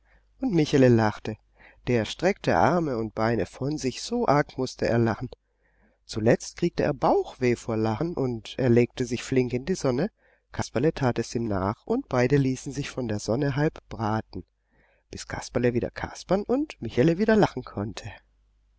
und michele lachte der streckte arme und beine von sich so arg mußte er lachen zuletzt kriegte er bauchweh vor lachen und er legte sich flink in die sonne kasperle tat es ihm nach und beide ließen sich von der sonne halb braten bis kasperle wieder kaspern und michele wieder lachen konnte